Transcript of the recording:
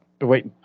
wait